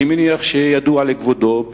אני מניח שידוע לכבודו,